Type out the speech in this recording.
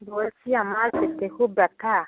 বলছি আমার পেটে খুব ব্যথা